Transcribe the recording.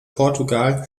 portugal